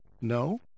no